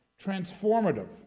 transformative